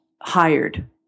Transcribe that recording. hired